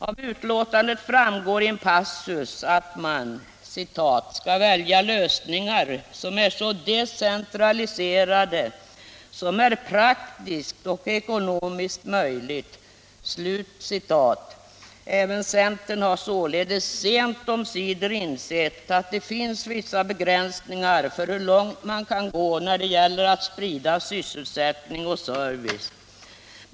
Av betänkandet framgår i en passus att man ”väljer lösningar som är så decentraliserade som är praktiskt och ekonomiskt möjligt”. Även centern har således sent omsider insett att det finns vissa begränsningar för hur långt man kan gå när det gäller att sprida sysselsättning och service.